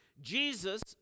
Jesus